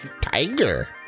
Tiger